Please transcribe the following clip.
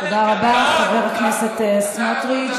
תודה רבה, חבר הכנסת סמוטריץ.